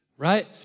right